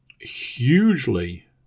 hugely